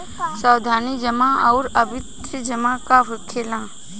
सावधि जमा आउर आवर्ती जमा का होखेला?